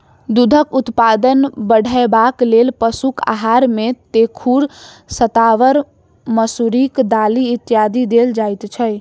दूधक उत्पादन बढ़यबाक लेल पशुक आहार मे तेखुर, शताबर, मसुरिक दालि इत्यादि देल जाइत छै